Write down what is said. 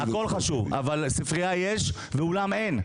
הכול חשוב, אבל ספריה יש ואולם אין.